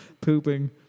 pooping